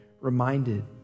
reminded